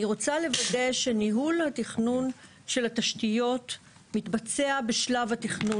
אני רוצה לוודא שניהול התכנון של התשתיות מתבצע בשלב התכנון.